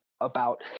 about-